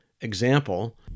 example